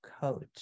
coach